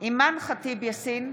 אימאן ח'טיב יאסין,